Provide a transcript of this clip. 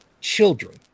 children